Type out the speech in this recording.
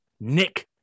Nick